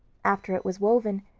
after it was woven,